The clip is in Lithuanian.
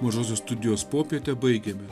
mažosios studijos popietę baigėme